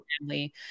family